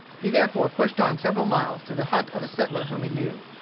he therefore pushed on several miles, to the hut of a settler whom he knew.